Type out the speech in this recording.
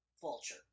Vulture